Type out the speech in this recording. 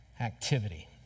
activity